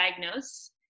diagnose